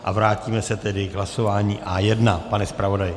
A vrátíme se tedy k hlasování A1, pane zpravodaji.